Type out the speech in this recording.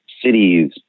cities